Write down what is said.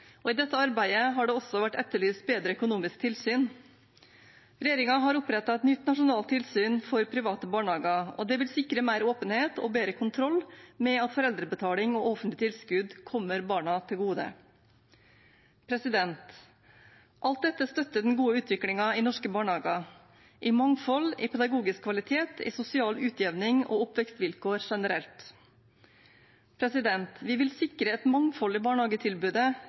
og i dette arbeidet har det også vært etterlyst bedre økonomisk tilsyn. Regjeringen har opprettet et nytt nasjonalt tilsyn for private barnehager, og det vil sikre mer åpenhet og bedre kontroll med at foreldrebetaling og offentlige tilskudd kommer barna til gode. Alt dette støtter den gode utviklingen i norske barnehager, i mangfold, i pedagogisk kvalitet, i sosial utjevning og i oppvekstvilkår generelt. Vi vil sikre et mangfold i barnehagetilbudet.